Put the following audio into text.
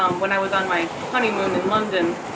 um when i was on my honeymoon in london,